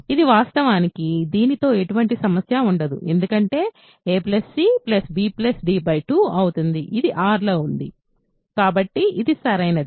ఇది వాస్తవానికి దీనితో ఎటువంటి సమస్య ఉండదు ఎందుకంటే ఇది a c b d 2 అవుతుంది ఇది R లో ఉంది కాబట్టి ఇది సరైనది